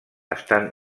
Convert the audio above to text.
estan